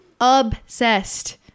obsessed